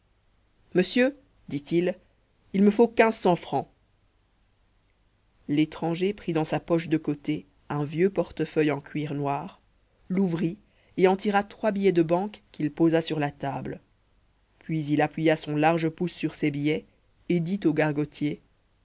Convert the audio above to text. monsieur dit-il il me faut quinze cents francs l'étranger prit dans sa poche de côté un vieux portefeuille en cuir noir l'ouvrit et en tira trois billets de banque qu'il posa sur la table puis il appuya son large pouce sur ces billets et dit au gargotier